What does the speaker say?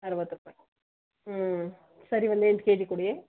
ಅರವತ್ತು ರೂಪಾಯಿ ಹ್ಞೂ ಸರಿ ಒಂದು ಎಂಟು ಕೆಜಿ ಕೊಡಿ